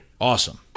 awesome